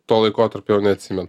to laikotarpio jau neatsimenu